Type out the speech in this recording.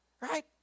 Right